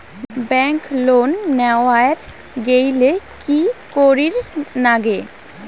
Bank loan নেওয়ার গেইলে কি করীর নাগে?